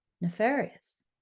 nefarious